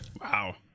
Wow